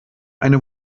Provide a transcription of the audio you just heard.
eine